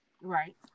Right